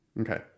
Okay